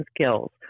skills